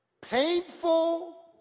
Painful